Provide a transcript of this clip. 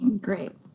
Great